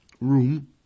room